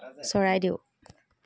Charaideo